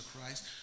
Christ